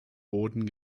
boden